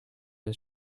his